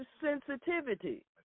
sensitivity